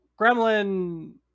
Gremlin